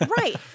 Right